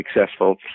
successful